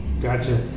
gotcha